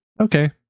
Okay